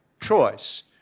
choice